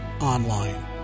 online